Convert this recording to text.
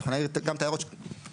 אנחנו נעיר גם את ההערות שלנו.